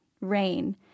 Rain